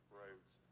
roads